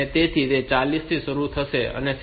તેથી તે ચાલીસ થી શરૂ થશે અને 6